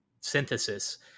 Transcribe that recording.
synthesis